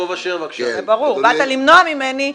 ממך